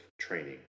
training